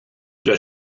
der